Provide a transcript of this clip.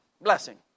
Blessing